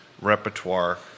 repertoire